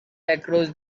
across